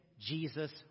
Jesus